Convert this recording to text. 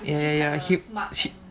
ya ya ya he he